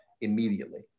immediately